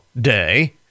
Day